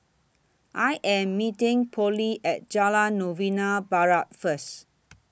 I Am meeting Pollie At Jalan Novena Barat First